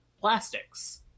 plastics